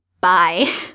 Bye